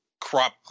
crop